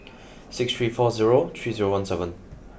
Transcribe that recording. six three four zero three zero one seven